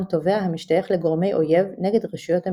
תובע המשתייך לגורמי אויב נגד רשויות המדינה,